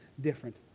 different